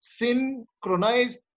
synchronized